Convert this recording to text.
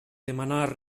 demanar